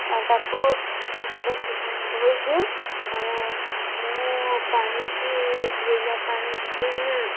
ତାକୁ କାଚି କାଚିକି ଧୋଇ ଦିଏ ମୁଁ ପାଣିକି ଧୋଇଲା ପାଣିକି